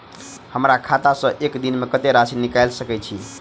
हमरा खाता सऽ एक दिन मे कतेक राशि निकाइल सकै छी